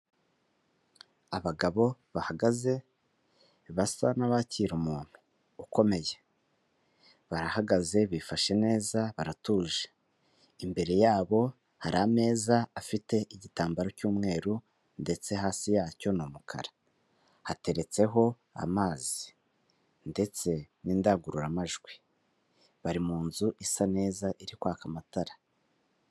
Abagabo bahagaze basa n'abakira umuntu ukomeye, barahagaze bifashe neza baratuje, imbere yabo hari ameza afite igitambaro cy'umweru ndetse hasi yacyo ni umukara hateretseho amazi ndetse n'indangururamajwi bari mu nzu isa neza iri kwaka amatara.